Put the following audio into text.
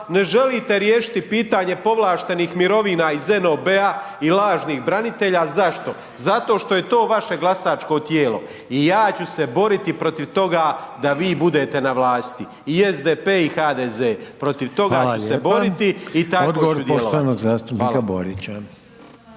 ne želite riješiti pitanje povlaštenih mirovina iz NOB-a i lažnih branitelja. A zašto? Zato što je to vaše glasačko tijelo i ja ću se boriti protiv toga da vi budete na vlasti i SDP i HDZ. Protiv toga ću se boriti …/Upadica: Hvala